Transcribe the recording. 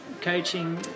coaching